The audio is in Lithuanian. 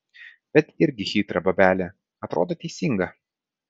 bet irgi chitra bobelė atrodo teisinga